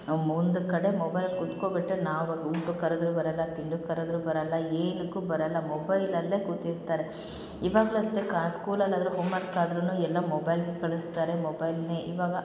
ಮುಂದೆ ಕಡೆ ಮೊಬೈಲಲ್ಲಿ ಕೂತ್ಕೊಬಿಟ್ಟರೆ ನಾವು ಒಂದು ಊಟಕ್ಕೆ ಕರ್ದ್ರೂ ಬರಲ್ಲ ತಿಂಡಗೆ ಕರೆದ್ರೂ ಬರಲ್ಲ ಏನಕ್ಕೂ ಬರಲ್ಲ ಮೊಬೈಲಲ್ಲೆ ಕೂತಿರ್ತಾರೆ ಇವಾಗಲೂ ಅಷ್ಟೆ ಕಾ ಸ್ಕೂಲಲ್ಲಿ ಆದರು ಹೋಮರ್ಕ್ ಆದರೂ ಎಲ್ಲ ಮೊಬೈಲ್ಗೆ ಕಳಿಸ್ತಾರೆ ಮೊಬೈಲ್ನೆ ಇವಾಗ